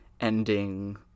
ending